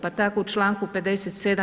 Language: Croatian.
Pa tako u članku 57.